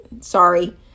Sorry